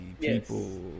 people